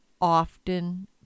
often